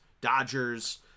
Dodgers